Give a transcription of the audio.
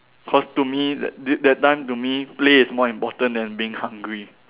cause to me that d~ that time to me play is more important than being hungry